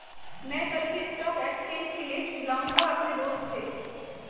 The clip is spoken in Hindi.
मै कल की स्टॉक एक्सचेंज की लिस्ट लाऊंगा अपने दोस्त से